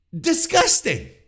disgusting